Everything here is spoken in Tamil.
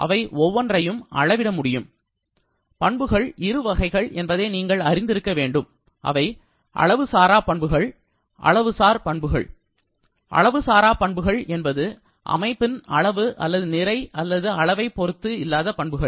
அவை ஒவ்வொன்றையும் அளவிட முடியும் பண்புகள் இரண்டு வகைகள் என்பதை நீங்கள் அறிந்திருக்க வேண்டும் அளவு சாரா பண்புகள் அளவு சார் பண்புகள் அளவு சாரா பண்புகள் என்பது அமைப்பின் அளவு அல்லது நிறை அல்லது அளவைப் பொறுத்து இல்லாத பண்புகள்